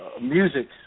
music